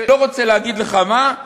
לא רוצה להגיד לך מה,